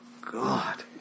god